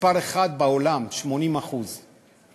מספר אחת בעולם, 80%;